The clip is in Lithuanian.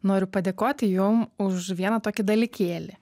noriu padėkoti jum už vieną tokį dalykėlį